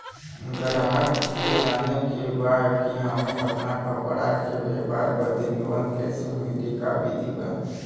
गराहक के जाने के बा कि हमे अपना कपड़ा के व्यापार बदे लोन कैसे मिली का विधि बा?